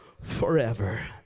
forever